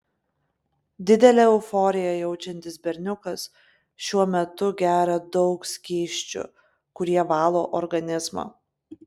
didelę euforiją jaučiantis berniukas šiuo metu geria daug skysčių kurie valo organizmą